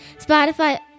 Spotify